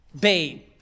babe